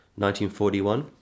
1941